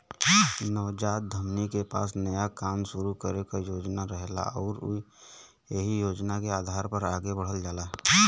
नवजात उद्यमी के पास नया काम शुरू करे क योजना रहेला आउर उ एहि योजना के आधार पर आगे बढ़ल जाला